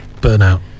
Burnout